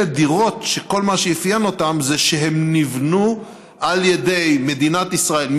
אלה דירות שכל מה שאפיין אותן זה שהן נבנו על ידי מדינת ישראל,